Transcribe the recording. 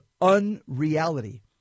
unreality